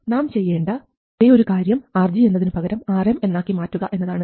നാം ചെയ്യേണ്ട ഒരേ ഒരു കാര്യം RG എന്നതിനുപകരം Rm എന്നാക്കി മാറ്റുക എന്നതാണ്